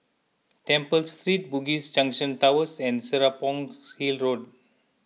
Temple Street Bugis Junction Towers and Serapong Hill Road